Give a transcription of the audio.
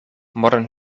modern